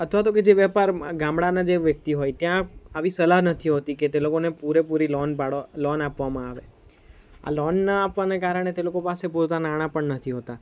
અથવા તો કે જે વેપાર ગામડાના જે વ્યક્તિઓ હોય ત્યાં આવી સલાહ નથી હોતી કે તે લોકોને પૂરેપૂરી લોન ભાળો લોન આપવામાં આવે આ લોન ન આપવાને કારણે તે લોકો પાસે પોતા નાણાં પણ નથી હોતા